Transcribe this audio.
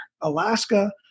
Alaska